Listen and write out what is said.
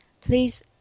please